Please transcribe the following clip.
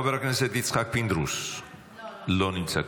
חבר הכנסת יצחק פינדרוס, כבודו לא נמצא.